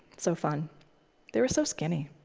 so fun they were so skinny.